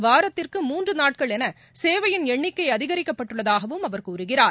வாரத்திற்கு மூன்று நாட்கள் என சேவையின் எண்ணிக்கை அதிகரிக்கப்பட்டுள்ளதாகவும் அவர் கூறுகிறார்